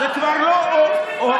זה כבר לא או-או.